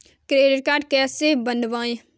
Credit card कैसे बनवाएँ?